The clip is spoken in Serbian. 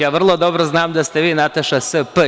Ja vrlo dobro znam da ste vi Nataša Sp.